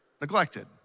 neglected